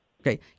Okay